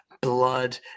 blood